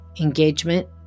engagement